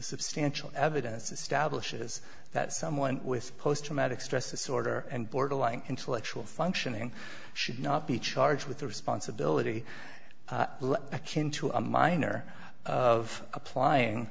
substantial evidence establishes that someone with post traumatic stress disorder and borderline intellectual functioning should not be charged with a responsibility to a minor of applying